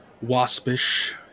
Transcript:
Waspish